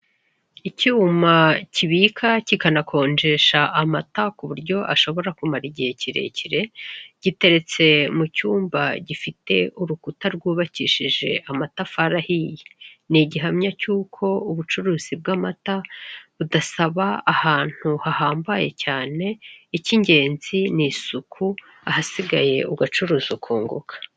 Icyuma kibika kikanakonjesha amata ku buryo ashobora kumara igihe kirekire, giteretse mu cyumba gifite urukuta rwubakishije amatafari ahiye. Ni igihamya cy'uko ubucuruzi bw'amata budasaba ahantu hahambaye cyane, icy'ingenzi ni isuku ahasigaye ugacuruza ukunguka.